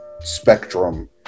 spectrum